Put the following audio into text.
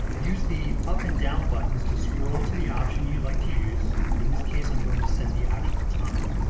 use the up and down buttons to scroll to the option you'd like to use. in this case i'm going to set the actual time.